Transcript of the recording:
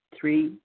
Three